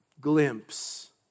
glimpse